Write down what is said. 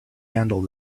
handle